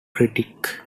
critic